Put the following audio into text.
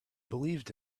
believed